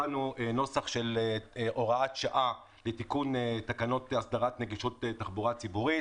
נוסח של הוראת שעה לתיקון תקנות הסדרת נגישות תחבורה ציבורית.